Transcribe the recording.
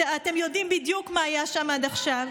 אתם יודעים בדיוק מה היה שם עד עכשיו.